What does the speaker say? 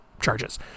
charges